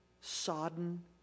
sodden